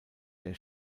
der